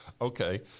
okay